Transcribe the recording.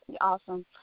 Awesome